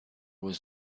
was